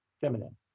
feminine